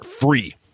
free